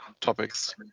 topics